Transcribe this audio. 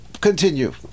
continue